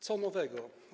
Co nowego?